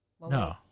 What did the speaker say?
No